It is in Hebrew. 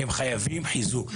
הם חייבים חיזוק,